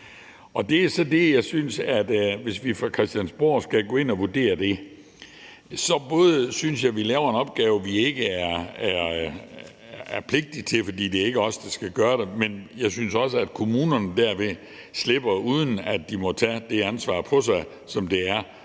ansatte og ældre bedst. Hvis vi fra Christiansborg skal gå ind og vurdere det, synes jeg, vi laver en opgave, vi ikke er pligtige til, fordi det ikke er os, der skal gøre det, men jeg synes også, at kommunerne derved slipper, uden at de må tage det ansvar på sig, som det er,